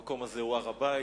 המקום הזה הוא הר-הבית,